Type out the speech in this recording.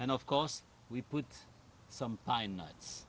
and of course we put some pine nuts